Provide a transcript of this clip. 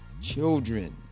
children